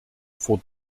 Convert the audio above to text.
vor